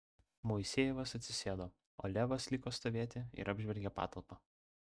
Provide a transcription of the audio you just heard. moisejevas atsisėdo o levas liko stovėti ir apžvelgė patalpą